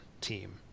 team